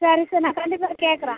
சரி சார் நான் கண்டிப்பாக கேட்கறேன்